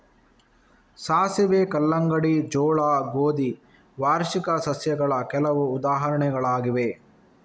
ಸಾಸಿವೆ, ಕಲ್ಲಂಗಡಿ, ಜೋಳ, ಗೋಧಿ ವಾರ್ಷಿಕ ಸಸ್ಯಗಳ ಕೆಲವು ಉದಾಹರಣೆಗಳಾಗಿವೆ